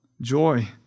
joy